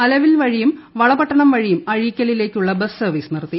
അലവിൽ വഴിയും വളപട്ടണം വഴിയും അഴീക്കലിലേക്കുള്ള ബസ് സർവ്വീസ് നിർത്തി